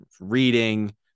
reading